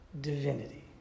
divinity